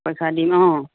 পইচা দিম অঁ